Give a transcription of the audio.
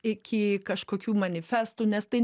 iki kažkokių manifestų nes tai